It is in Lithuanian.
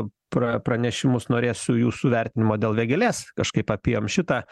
pra pranešimus norėsiu jūsų vertinimo dėl vėgėlės kažkaip apėjom šitą